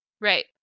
Right